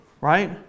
right